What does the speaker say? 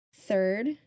Third